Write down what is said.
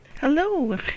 Hello